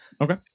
Okay